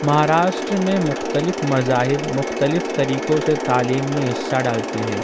مہاراشٹر میں مختلف مذاہب مختلف طریقوں سے تعلیم میں حصہ ڈالتے ہیں